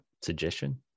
Suggestion